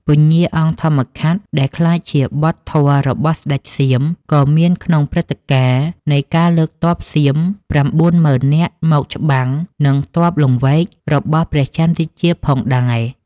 ពញ្ញាអង្គធម្មខាត់ ដែលក្លាយជាបុត្រធម៌របស់ស្ដេចសៀម ក៏មានក្នុងព្រឹត្តិការណ៍ នៃការលើកកងទ័ពសៀម៩មុឺននាក់មកច្បាំង និងទ័ពលង្វែករបស់ព្រះចន្ទរាជាផងដែរ ។